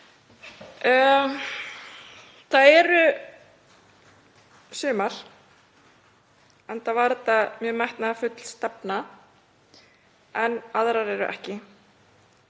Þar er sumt, enda var þetta mjög metnaðarfull stefna, en annað er ekki.